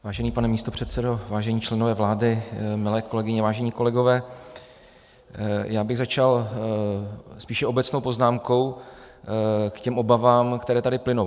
Vážený pane místopředsedo, vážení členové vlády, milé kolegyně, vážení kolegové, já bych začal spíše obecnou poznámkou k těm obavám, které tady plynou.